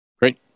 Great